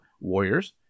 Warriors